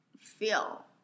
feel